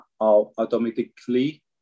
automatically